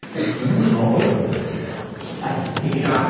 because the numbers are all over the place ah you know, like